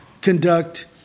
conduct